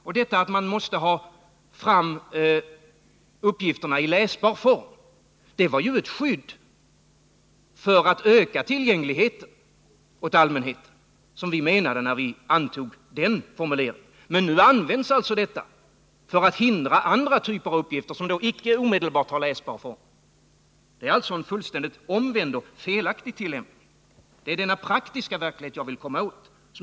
Det förhållandet att man måste ha fram uppgifterna i läsbar form var ett skydd för att öka tillgängligheten för allmänheten — det menade vi när vi antog den formuleringen. Men nu används den skrivningen för att hindra tillgång till andra typer av uppgifter, som inte har omedelbart läsbar form. Det är alltså en fullständigt omvänd och felaktig tillämpning. Det är denna praktiska verklighet jag vill komma åt.